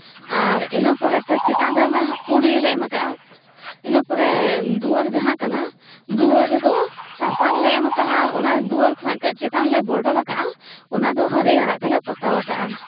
ᱟᱨ ᱤᱱᱟᱹ ᱯᱚᱨᱮᱛᱮ ᱪᱮᱛᱟᱱ ᱨᱮᱢᱟ ᱯᱩᱸᱰ ᱜᱮᱞᱮ ᱮᱢ ᱠᱟᱜᱼᱟ ᱤᱱᱟᱹ ᱯᱚᱨᱮ ᱫᱩᱣᱟᱹᱨ ᱡᱟᱦᱟᱸ ᱠᱟᱱᱟ ᱫᱩᱣᱟᱹᱨ ᱨᱮᱫᱚ ᱥᱟᱥᱟᱝ ᱞᱮ ᱮᱢ ᱠᱟᱜᱼᱟ ᱚᱱᱟ ᱫᱩᱣᱟᱹᱨ ᱠᱷᱚᱱᱟᱜ ᱠᱟᱹᱡ ᱪᱮᱛᱟᱱ ᱞᱮ ᱵᱚᱰᱟᱨ ᱠᱟᱜᱼᱟ ᱚᱱᱟ ᱫᱚ ᱦᱟᱹᱨᱭᱟᱹᱲᱟᱜ ᱛᱮᱞᱮ ᱯᱚᱛᱟᱣ ᱠᱟᱜᱼᱟ